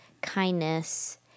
kindness